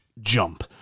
jump